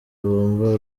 bumva